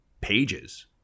pages